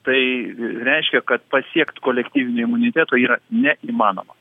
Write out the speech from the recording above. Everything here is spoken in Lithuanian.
tai reiškia kad pasiekt kolektyvinį imuniteto yra neįmanoma